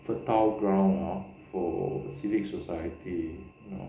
fertile ground ah for civic society